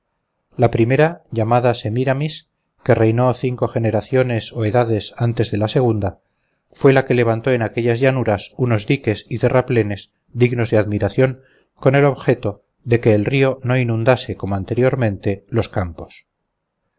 la primera llamada semíramis que reinó cinco generaciones o edades antes de la segunda fue la que levantó en aquellas llanuras unos diques y terraplenes dignos de admiración con el objeto de que el río no inundase como anteriormente los campos